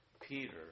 Peter